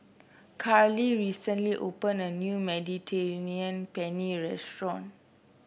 Carly recently opened a new Mediterranean Penne Restaurant